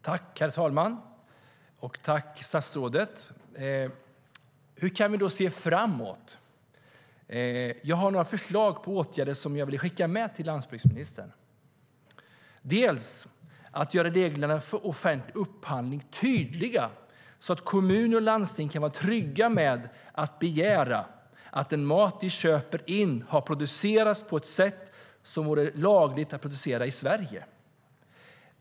Herr talman! Jag tackar statsrådet. Hur kan vi då se framåt? Jag har några förslag till åtgärder som jag vill skicka med landsbygdsministern. Det handlar först och främst om att göra reglerna för offentlig upphandling tydliga så att kommuner och landsting kan vara trygga med att begära att den mat de köper in har producerats på ett sätt som det vore lagligt att producera på i Sverige.